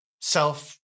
self